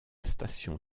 station